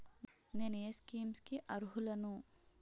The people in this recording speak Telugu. నేను ఏ స్కీమ్స్ కి అరుహులను?